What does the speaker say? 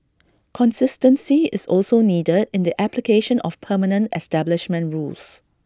consistency is also needed in the application of permanent establishment rules